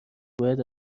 باید